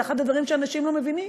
זה אחד הדברים שאנשים לא מבינים,